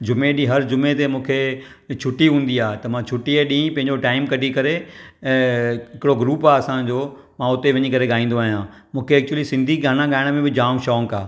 जुमें ॾींहुं हर जुमें ते मूंखे छुटी हूंदी आहे त मां छुटीअ ॾींहुं पंहिंजो टाइम कॾहिं करे ऐं हिकिड़ो ग्रुप आहे असांजो मां हुते वञी करे गाईंदो आहियां मूंखे ऐक्चूली सिंधी गाना गायण में बि जाम शौंक़ु आहे